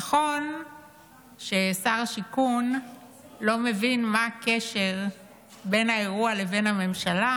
נכון ששר השיכון לא מבין מה הקשר בין האירוע לבין הממשלה,